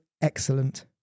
excellent